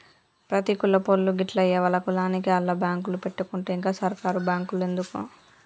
ప్రతి కులపోళ్లూ గిట్ల ఎవల కులానికి ఆళ్ల బాంకులు పెట్టుకుంటే ఇంక సర్కారు బాంకులెందుకు